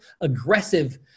aggressive